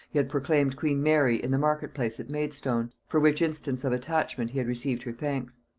he had proclaimed queen mary in the market-place at maidstone, for which instance of attachment he had received her thanks